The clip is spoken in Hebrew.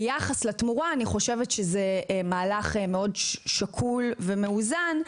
אני חושבת שביחס לתמורה זה מהלך מאוד שקול ומאוזן,